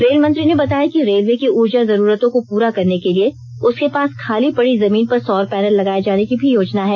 rail मंत्री ने बताया कि रेलवे की ऊर्जा जरूरतों को पूरा करने के लिए उसके पास खाली पड़ी जमीन पर सौर पैनल लगाए जाने की भी योजना है